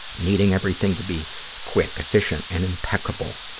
needing everything to be quick, efficient and impeccable.